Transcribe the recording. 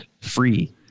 free